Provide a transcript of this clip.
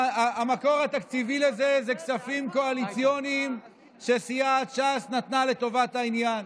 המקור התקציבי לזה זה כספים קואליציוניים שסיעת ש"ס נתנה לטובת העניין.